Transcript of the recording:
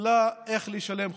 לה איך לשלם חשבונות.